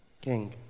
King